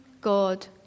God